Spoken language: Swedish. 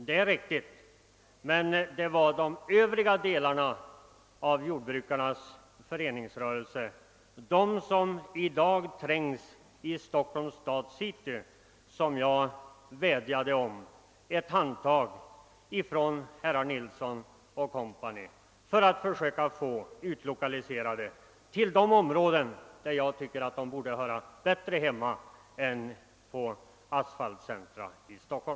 Min vädjan gällde de övriga delarna av jordbrukarnas föreningsrörelse, vilkas huvudkontor i dag trängs i Stockholms city. Jag hoppades att herr Nilsson & Co skulle försöka få dem utlokaliserade till sådana områden där de bättre hör hemma än i asfaltcentra som Stockholm.